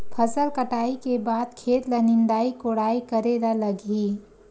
फसल कटाई के बाद खेत ल निंदाई कोडाई करेला लगही?